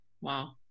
Wow